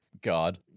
God